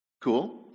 Cool